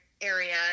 area